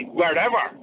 wherever